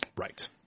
Right